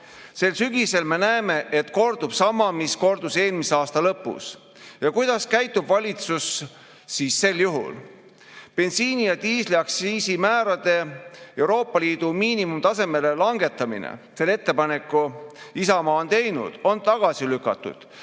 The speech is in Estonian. Sel sügisel me näeme, et kordub sama, mis kordus eelmise aasta lõpus. Kuidas käitub sel juhul valitsus? Bensiini‑ ja diisliaktsiisi määrade Euroopa Liidu miinimumtasemele langetamine – selle ettepaneku on Isamaa teinud – on tagasi lükatud